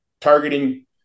targeting